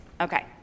okay